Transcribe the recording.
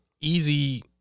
easy